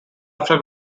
after